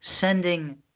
sending